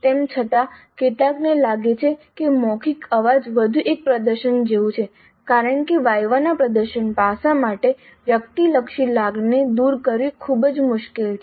તેમ છતાં કેટલાકને લાગે છે કે મૌખિક અવાજ વધુ એક પ્રદર્શન જેવું છે કારણ કે vivaના પ્રદર્શન પાસા માટે વ્યક્તિલક્ષી લાગણીને દૂર કરવી ખૂબ જ મુશ્કેલ છે